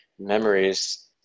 memories